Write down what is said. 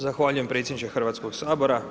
Zahvaljujem predsjedniče Hrvatskog sabora.